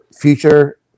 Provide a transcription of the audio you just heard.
Future